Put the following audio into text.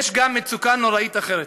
יש גם מצוקה נוראית אחרת.